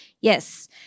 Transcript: Yes